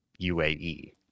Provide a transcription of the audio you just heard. UAE